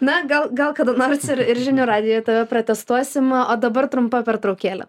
na gal gal kada nors ir ir žinių radijuj tave pratestuosim o dabar trumpa pertraukėlė